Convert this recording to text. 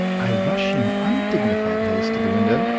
i rush in undignified haste to the window.